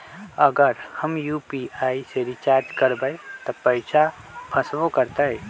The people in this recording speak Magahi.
अगर हम यू.पी.आई से रिचार्ज करबै त पैसा फसबो करतई?